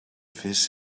vis